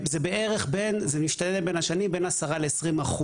זה משתנה בין השנים בין 10% ל-20%